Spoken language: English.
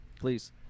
please